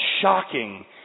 shocking